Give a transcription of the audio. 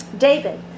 David